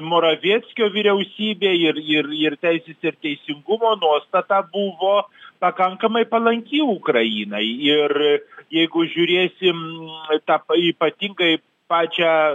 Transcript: moravieckio vyriausybei ir ir ir teisės ir teisingumo nuostata buvo pakankamai palanki ukrainai ir jeigu žiūrėsim tą ypatingai pačią